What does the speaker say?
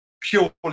purely